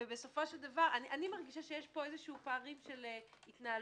ואני מרגישה שיש פה פערים של התנהלות,